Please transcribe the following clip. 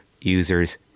users